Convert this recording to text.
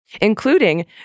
including